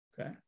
Okay